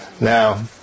Now